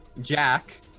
Jack